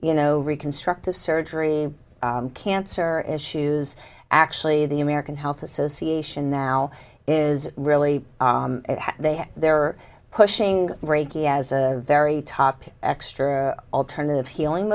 you know reconstructive surgery cancer issues actually the american health association now is really they have they're pushing reiki as a very top extra alternative healing